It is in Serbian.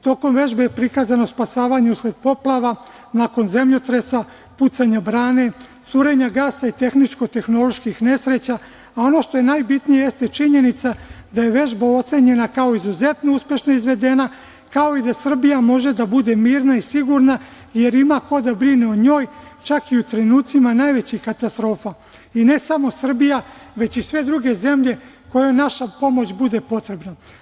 Tokom vežbe prikazano spasavanje usled poplava, nakon zemljotresa, pucanje brane, curenja gasa i tehničko-tehnoloških nesreća, a ono što je najbitnije jeste činjenica da je vežba ocenjena kao izuzetno uspešno izvedena, kao i da Srbija može da bude mirna i sigurna jer ima ko da brine o njoj, čak i u trenucima najvećih katastrofa, i ne samo Srbija već i sve druge zemlje kojima naša pomoć bude potrebna.